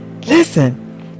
listen